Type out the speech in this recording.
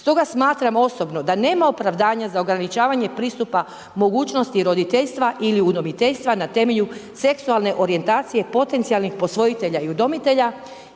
Stoga smatram osobno da nema opravdanja za ograničavanja pristupa mogućnosti roditeljstva ili udomiteljstva na temelju seksualne orijentacije potencijalnih posvojitelja i udomitelja